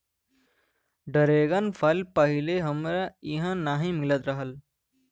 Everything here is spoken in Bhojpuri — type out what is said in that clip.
डरेगन फल पहिले हमरे इहाँ नाही मिलत रहल